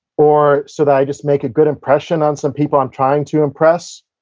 or so that i just make a good impression on some people i'm trying to impress,